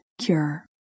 cure